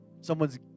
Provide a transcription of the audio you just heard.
Someone's